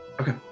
Okay